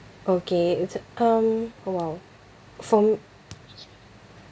okay it's um oh !wow! for m~